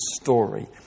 story